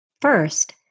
first